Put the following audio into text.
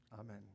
Amen